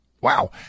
wow